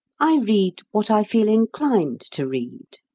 i read what i feel inclined to read,